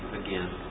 again